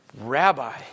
Rabbi